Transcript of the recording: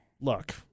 look